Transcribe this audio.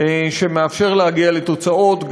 שמאפשר להגיע לתוצאות.